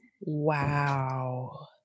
Wow